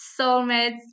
soulmates